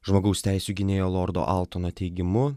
žmogaus teisių gynėjo lordo altono teigimu